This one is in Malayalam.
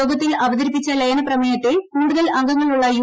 യോഗത്തിൽ അവതരിപ്പിച്ച ലയന പ്രമേയത്തെ കൂടുതൽ അംഗങ്ങളുള്ള യു